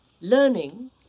learning